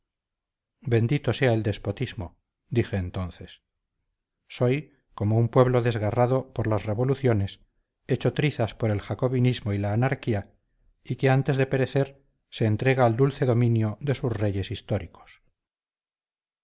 bendito sea el despotismo dije entonces soy como un pueblo desgarrado por las revoluciones hecho trizas por el jacobinismo y la anarquía y que antes de perecer se entrega al dulce dominio de sus reyes históricos